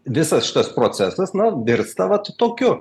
visas šitas procesas na virsta vat tokiu